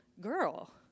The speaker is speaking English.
girl